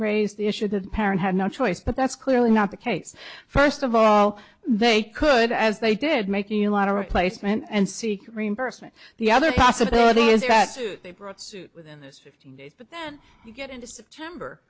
raised the issue that the parent had no choice but that's clearly not the case first of all they could as they did making a lot of replacement and seek reimbursement the other possibility is that they brought suit within this fifteen days but then you get into september